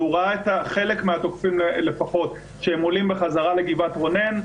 והוא ראה את חלק מהתוקפים לפחות שהם עולים בחזרה לגבעת רונן.